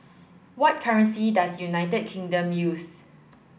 what currency does United Kingdom use